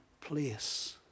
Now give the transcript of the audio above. place